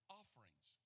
offerings